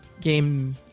game